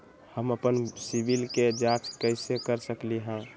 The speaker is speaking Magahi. हम अपन सिबिल के जाँच कइसे कर सकली ह?